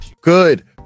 Good